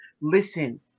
listen